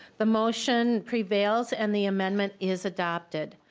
the motion prevails and the amendment is adopted.